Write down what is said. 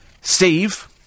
Steve